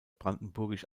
brandenburg